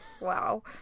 Wow